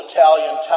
Italian